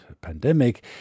pandemic